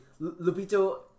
Lupito